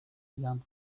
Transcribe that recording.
began